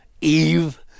Eve